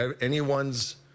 anyone's